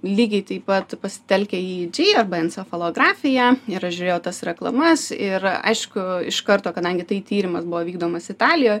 lygiai taip pat pasitelkę yeidžy arba encefalografiją ir aš žiūrėjau tas reklamas ir aišku iš karto kadangi tai tyrimas buvo vykdomas italijoj